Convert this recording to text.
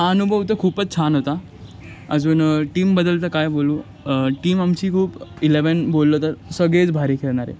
हा अनुभव तर खूपच छान होता अजून टीमबद्दल तर काय बोलू टीम आमची खूप इलेवेन बोललं तर सगळेच भारी खेळणारे